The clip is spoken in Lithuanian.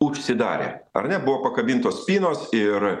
užsidarė ar ne buvo pakabintos spynos ir